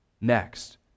next